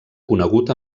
conegut